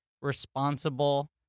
responsible